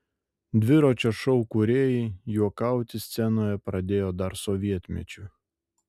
dviračio šou kūrėjai juokauti scenoje pradėjo dar sovietmečiu